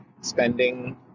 spending